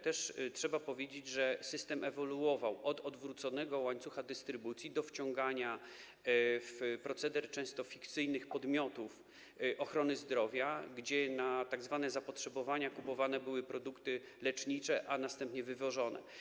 Trzeba powiedzieć, że system ewoluował od odwróconego łańcucha dystrybucji do wciągania w proceder często fikcyjnych podmiotów ochrony zdrowia, w ramach czego na tzw. zapotrzebowania kupowane były produkty lecznicze, a następnie wywożone.